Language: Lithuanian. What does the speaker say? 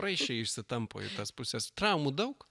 raiščiai išsitampo į tas puses traumų daug